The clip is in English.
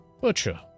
butcher